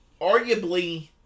arguably